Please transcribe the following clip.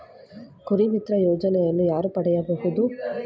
ಕುರಿಮಿತ್ರ ಯೋಜನೆಯನ್ನು ಯಾರು ಪಡೆಯಬಹುದು?